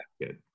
Good